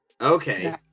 Okay